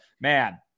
man